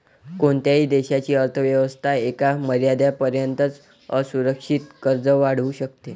कोणत्याही देशाची अर्थ व्यवस्था एका मर्यादेपर्यंतच असुरक्षित कर्ज वाढवू शकते